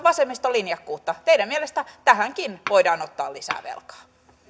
vasemmiston linjakkuutta teidän mielestänne tähänkin voidaan ottaa lisää velkaa